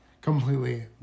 Completely